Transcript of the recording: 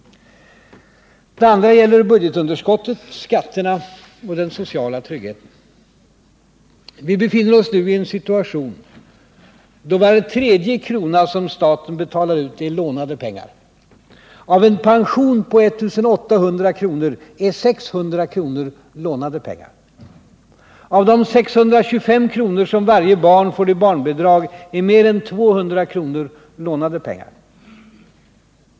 Det andra problemet gäller budgetunderskottet, skatterna och den sociala tryggheten. Vi befinner oss nu i en situation då var tredje krona som staten betalar ut är lånade pengar. Av en pension på 1 800 kr. är 600 kr. lånade pengar. Av de 625 kr. som varje barn får i barnbidrag är mer än 200 kr. lånade pengar.